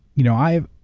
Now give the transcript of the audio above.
you know i,